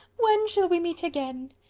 when shall we meet again?